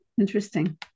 Interesting